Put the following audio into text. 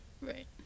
Right